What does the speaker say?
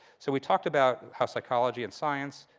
so we talked about how psychology and science,